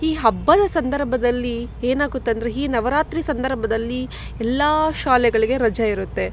ಈ ಹಬ್ಬದ ಸಂದರ್ಭದಲ್ಲಿ ಏನಾಗುತ್ತಂದರೆ ಈ ನವರಾತ್ರಿ ಸಂದರ್ಭದಲ್ಲಿ ಎಲ್ಲ ಶಾಲೆಗಳಿಗೆ ರಜೆ ಇರುತ್ತೆ